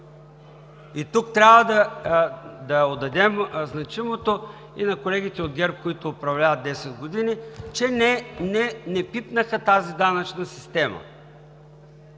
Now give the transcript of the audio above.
И тук трябва да отдадем значимото и на колегите от ГЕРБ, които управляват 10 години – че не пипнаха тази данъчна система,